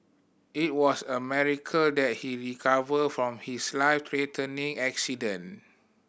it was a miracle that he recovered from his life threatening accident